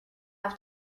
have